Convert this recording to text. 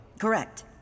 Correct